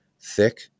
thick